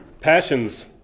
Passions